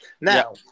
Now